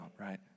right